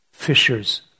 fishers